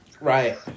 Right